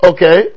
Okay